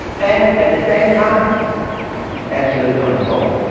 and at the same time absolute control